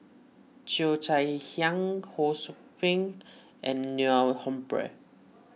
Cheo Chai Hiang Ho Sou Ping and Neil Humphreys